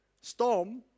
Storm